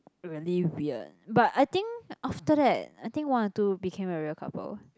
really weird but I think after that I think one or two became a real couple